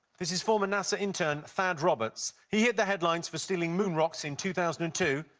this is former nasa intern thad roberts. he hit the headlines for stealing moon rocks in two thousand and two.